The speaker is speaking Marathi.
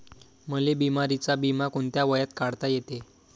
मले बिमारीचा बिमा कोंत्या वयात काढता येते?